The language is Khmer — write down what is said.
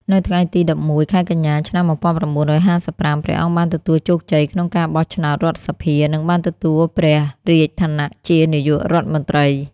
នៅថ្ងៃទី១១ ខែកញ្ញា ឆ្នាំ១៩៥៥ ព្រះអង្គបានទទួលជោគជ័យក្នុងការបោះឆ្នោតរដ្ឋសភា និងបានទទួលព្រះរាជឋានៈជានាយករដ្ឋមន្ត្រី។